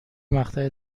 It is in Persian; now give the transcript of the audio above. مقطع